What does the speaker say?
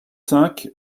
cinq